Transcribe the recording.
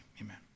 amen